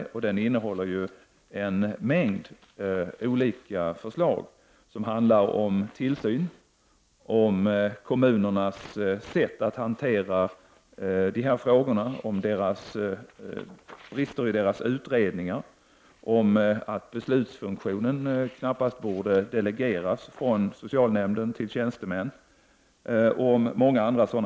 Detta betänkande innehåller en mängd olika förslag som handlar om tillsyn, om kommunernas sätt att hantera dessa frågor, om brister i kommunernas utredningar, om att beslutsfunktionen knappast borde delegeras från socialnämnden till tjänstemän och om många andra frågor.